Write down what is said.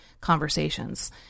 conversations